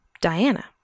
Diana